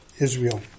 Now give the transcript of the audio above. Israel